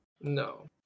No